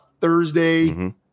Thursday